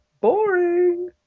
Boring